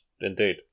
indeed